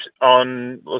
on